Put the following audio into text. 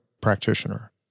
practitioner